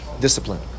discipline